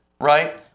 right